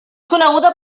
coneguda